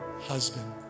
husband